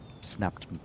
snapped